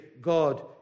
God